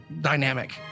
dynamic